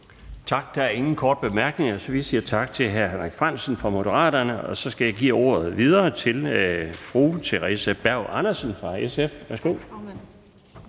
Tak. Der er ingen korte bemærkninger. Vi siger tak til hr. Henrik Frandsen fra Moderaterne, og så skal jeg give ordet videre til fru Theresa Berg Andersen fra SF. Værsgo.